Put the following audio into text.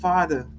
Father